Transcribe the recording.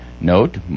Note